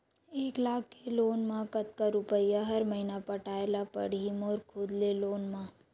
एक लाख के लोन मा कतका रुपिया हर महीना पटाय ला पढ़ही मोर खुद ले लोन मा?